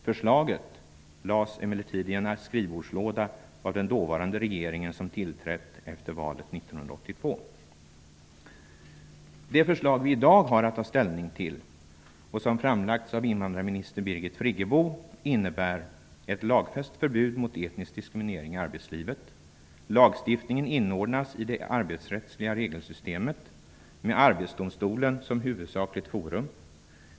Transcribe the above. Förslaget lades emellertid i en skrivbordslåda av den dåvarande regeringen, som tillträtt efter valet 1982. Det förslag vi i dag har att ta ställning till och som framlagts av invandrarminister Birgit Friggebo innebär ett lagfäst förbud mot etnisk diskriminering i arbetslivet. Lagstiftningen inordnas i det arbetsrättsliga regelsystemet med Arbetsdomstolen som huvudsakligt forum.